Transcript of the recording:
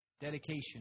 Dedication